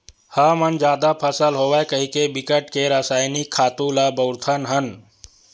हमन जादा फसल होवय कहिके बिकट के रसइनिक खातू ल बउरत हन